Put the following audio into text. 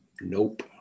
Nope